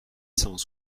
cent